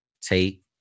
take